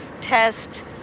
test